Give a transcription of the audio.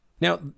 Now